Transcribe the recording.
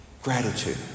Gratitude